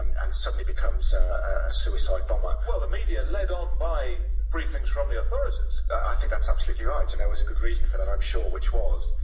and and suddenly becomes a suicide bomber. well, the media led on by briefings from the authorities. i think that's absolutely right, and there was a good reason for that, i'm sure, which was,